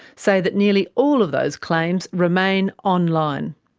say that nearly all of those claims remain online.